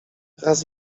raz